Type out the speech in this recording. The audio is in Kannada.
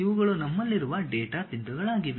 ಇವುಗಳು ನಮ್ಮಲ್ಲಿರುವ ಡೇಟಾ ಬಿಂದುಗಳಾಗಿವೆ